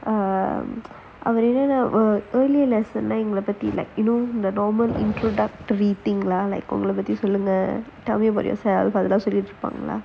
err அவ என்னென்னா:ava ennaennaa earlier எங்கள பத்தி இல்ல:engala pathi illa like you know the normal introductory thing lah like of உங்கள பத்தி சொல்லுங்க:ungala pathi sollunga tell me about yourself அதெல்லாம் சொல்லிட்டு இருப்பாங்க:athaellaam sollittu iruppaanga